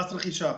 מס רכישה.